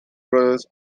brothers